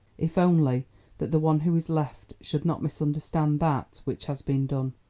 if only that the one who is left should not misunderstand that which has been done.